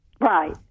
Right